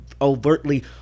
overtly